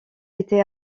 été